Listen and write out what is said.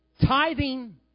Tithing